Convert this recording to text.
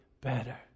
better